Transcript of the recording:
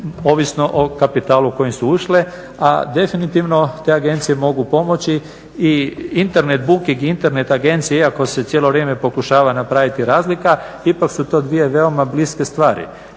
ovisno o kapitalu s kojim su ušle, a definitivno te agencije mogu pomoći i internet booking, internet agencije, iako se cijelo vrijeme pokušava napraviti razlika ipak su to dvije veoma bliske stvari.